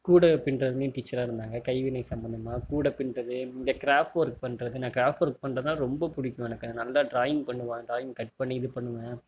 கூடை பின்னுறதுலையும் டீச்சராக இருந்தாங்க கைவினை சம்மந்தமாக கூடை பின்னுறது இந்த கிராஃப்ட் ஒர்க் பண்ணுறது நான் கிராஃப்ட் ஒர்க் பண்ணுறதுன்னா ரொம்ப பிடிக்கும் எனக்கு நல்லா டிராயிங் பண்ணுவேன் டிராயிங் கட் பண்ணி இது பண்ணுவேன்